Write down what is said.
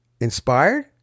Inspired